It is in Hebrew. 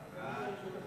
ההצעה